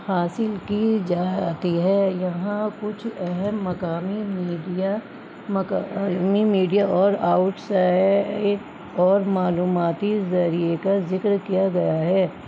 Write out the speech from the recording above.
حاصل کی جاتی ہے یہاں کچھ اہم مقامی میڈیا مقامی میڈیا اور آؤٹ سائڈ اور معلوماتی ذریعے کا ذکر کیا گیا ہے